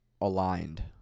aligned